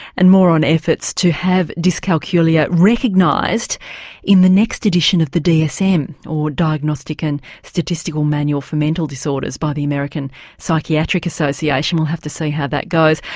and more on efforts to have dyscalculia recognised in the next edition of the dsm or diagnostic and statistical manual for mental disorders by the american psychiatric association we'll have to see how that goes.